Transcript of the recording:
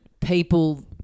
people